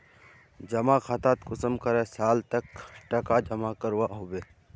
जमा खातात कुंसम करे साल तक टका जमा करवा होबे?